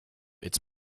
its